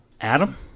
Adam